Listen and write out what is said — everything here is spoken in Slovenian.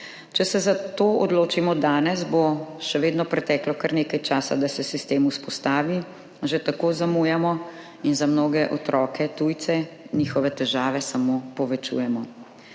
Če se za to odločimo danes, bo še vedno preteklo kar nekaj časa, da se sistem vzpostavi, že tako zamujamo in za mnoge otroke tujce njihove težave samo povečujemo.